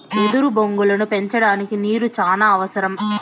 ఎదురు బొంగులను పెంచడానికి నీరు చానా అవసరం